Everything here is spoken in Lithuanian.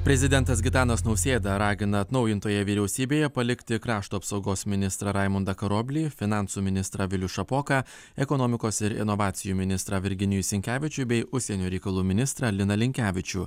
prezidentas gitanas nausėda ragina atnaujintoje vyriausybėje palikti krašto apsaugos ministrą raimundą karoblį finansų ministrą vilių šapoką ekonomikos ir inovacijų ministrą virginijų sinkevičių bei užsienio reikalų ministrą liną linkevičių